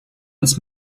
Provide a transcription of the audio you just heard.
uns